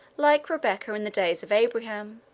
like rebecca in the days of abraham,